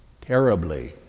Terribly